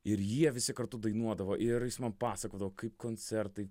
ir jie visi kartu dainuodavo ir jis man pasakodavo kaip koncertai